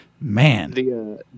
Man